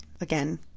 Again